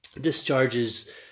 Discharge's